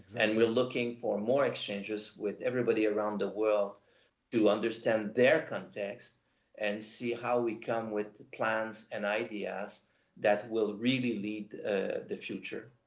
and we're looking for more exchanges with everybody around the world to understand their context and see how we come with plans and ideas that will really lead ah the future.